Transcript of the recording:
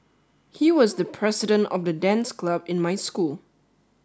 he was the president of the dance club in my school